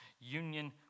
Union